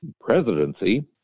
presidency